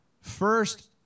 first